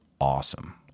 awesome